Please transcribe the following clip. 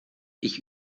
ich